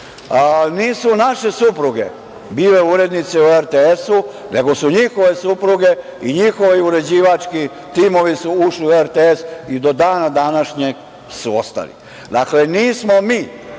Nisu naše supruge bile urednice u RTS-u, nego su njihove supruge i njihovi uređivački timovi su ušli u RTS i do dana današnjeg su ostali. Dakle, nismo mi